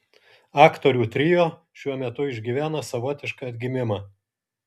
aktorių trio šiuo metu išgyvena savotišką atgimimą